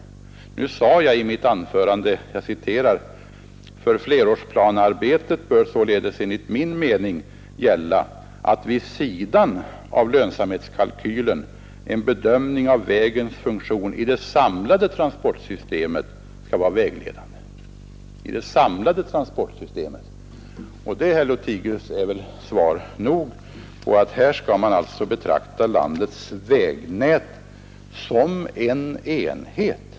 Men i mitt tidigare anförande sade jag: ”För flerårsplanearbetet bör således enligt min mening gälla att vid sidan av lönsamhetskalkylen en bedömning av vägens funktion i det samlade transportsystemet skall vara vägledande.” Det är mitt svar, herr Lothigius. I princip skall landets vägnät betraktas som en enhet.